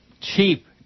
Cheap